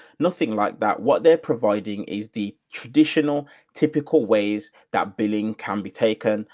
nothing like that. what they're providing is the. traditional typical ways that billing can be taken.